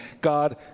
God